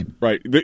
Right